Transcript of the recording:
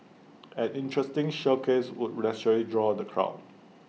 an interesting showcase would naturally draw the crowd